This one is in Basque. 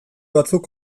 batzuk